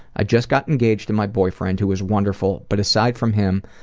i just got engaged to my boyfriend who is wonderful, but aside from him,